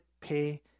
pay